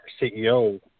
CEO